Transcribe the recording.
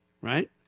right